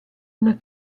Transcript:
una